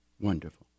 wonderful